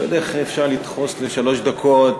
אני לא יודע איך אפשר לדחוס לשלוש דקות